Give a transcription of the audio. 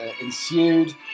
ensued